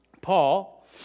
Paul